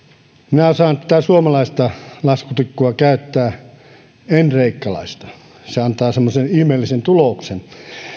minä osaan tätä suomalaista laskutikkua käyttää en kreikkalaista se antaa semmoisen ihmeellisen tuloksen